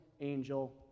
angel